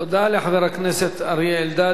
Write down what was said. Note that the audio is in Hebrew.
תודה לחבר הכנסת אריה אלדד.